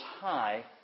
High